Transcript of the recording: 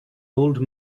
old